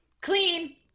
Clean